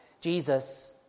Jesus